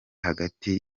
hagati